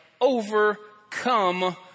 overcome